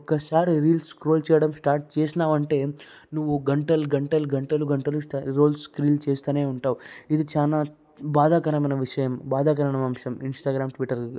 ఒక్కసారి reels scroll చేయడం start చేసినావు అంటే నువు గంటలు గంటలు గంటలు గంటలు స్ట రోల్స్ కి రీల్స్ చేస్తూనే ఉంటావు ఇది చాలా బాధాకరమైన విషయం బాధాకరమైన అంశం ఇంస్టాగ్రామ్ ట్విట్టర్లో